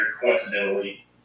coincidentally